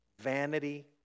vanity